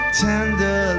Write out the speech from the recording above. Tender